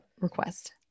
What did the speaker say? request